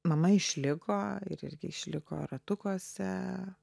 mama išliko ir irgi išliko ratukuose